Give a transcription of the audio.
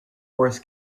wars